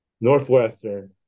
northwestern